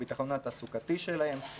הביטחון התעסוקתי שלהם,